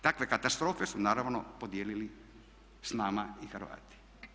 Takve katastrofe su naravno podijelili s nama i Hrvati.